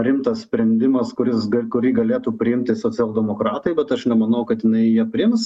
rimtas sprendimas kuris kurį galėtų priimti socialdemokratai bet aš nemanau kad jinai jį priims